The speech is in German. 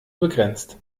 begrenzt